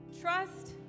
Trust